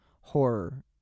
horror